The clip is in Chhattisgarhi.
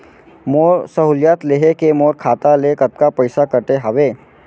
मोर सहुलियत लेहे के मोर खाता ले कतका पइसा कटे हवये?